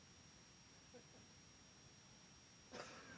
Tak